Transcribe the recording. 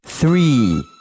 Three